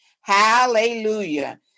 Hallelujah